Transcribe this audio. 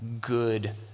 good